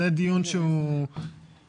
זה דיון שהוא לגיטימי.